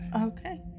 Okay